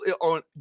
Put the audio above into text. on